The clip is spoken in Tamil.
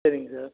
சரிங்க சார்